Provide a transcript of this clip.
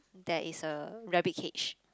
there is a rabbit cage